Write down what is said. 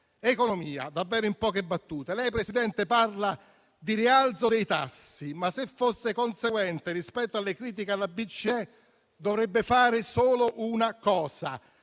economia davvero in poche battute. Lei, Presidente, parla di rialzo dei tassi, ma se fosse conseguente rispetto alle critiche alla BCE, dovrebbe fare solo una cosa: